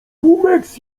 pumeks